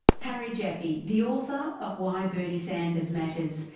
harry jaffe, the author of why bernie sanders matters,